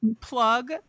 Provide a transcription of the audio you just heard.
plug